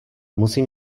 musím